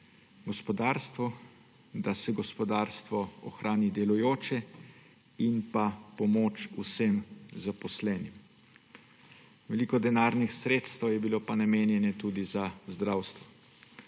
gospodarstvu, da se gospodarstvo ohrani delujoče, in pomoč vsem zaposlenim. Veliko denarnih sredstev je bilo namenjenih tudi za zdravstvo.